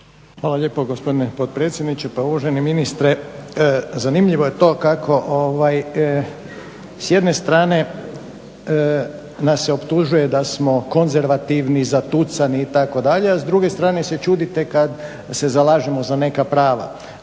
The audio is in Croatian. Hvala lijepo gospodine potpredsjedniče. Pa uvaženi ministre, zanimljivo je to kako s jedne strane nas se optužuje da smo konzervativni, zatucani, itd., a s druge strane se čudite kada se zalažemo za neka prava,